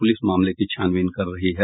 police मामले की छानबीन कर रही है